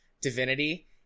Divinity